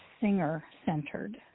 singer-centered